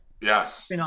Yes